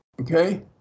Okay